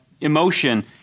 emotion